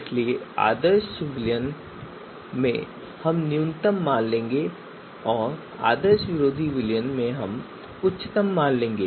इसलिए आदर्श विलयन में हम न्यूनतम मान लेंगे और आदर्श विरोधी विलयन में हम उच्चतम मान लेंगे